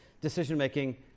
decision-making